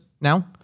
now